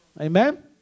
Amen